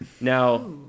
Now